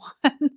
one